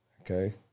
Okay